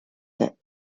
the